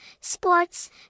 Sports